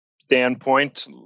standpoint